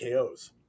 KOs